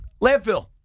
Landfill